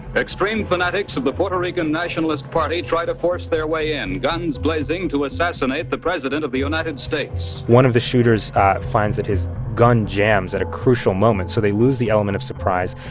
extreme fanatics of the puerto rican nationalist party try to force their way in, guns blazing, to assassinate the president of the united states one of the shooters finds that his gun jams at a crucial moment, so they lose the element of surprise.